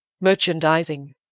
Merchandising